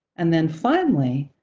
and then finally,